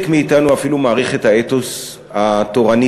מאתנו אפילו מעריך את האתוס התורני-דתי.